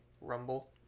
rumble